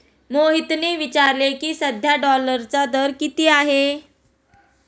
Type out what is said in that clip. मोहितने विचारले की, सध्या डॉलरचा दर किती आहे?